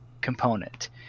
component